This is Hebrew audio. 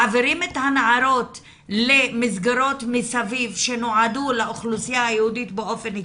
מעבירים את הנערות למסגרות מסביב שנועדו לאוכלוסייה היהודית באופן כללי.